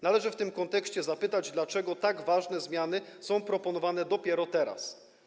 Należy w tym kontekście zapytać, dlaczego tak ważne zmiany są proponowane dopiero teraz.